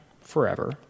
forever